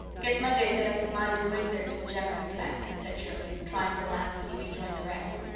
guess monday has made up his mind to wait there till jem comes back, said shirley, trying to laugh as he rejoined the rest.